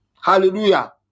Hallelujah